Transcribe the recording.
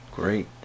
Great